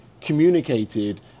communicated